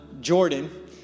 Jordan